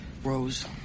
Rose